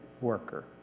worker